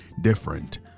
different